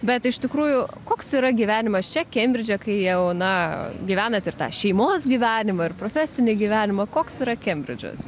bet iš tikrųjų koks yra gyvenimas čia kembridže kai jau na gyvenat ir tą šeimos gyvenimą ir profesinį gyvenimą koks yra kembridžas